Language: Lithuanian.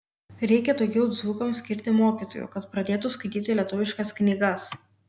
reikia daugiau dzūkams skirti mokytojų kad pradėtų skaityti lietuviškas knygas